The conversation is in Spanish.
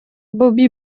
bobby